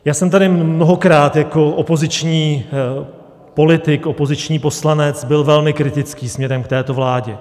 Já jsem tady byl mnohokrát jako opoziční politik, opoziční poslanec, velmi kritický směrem k této vládě.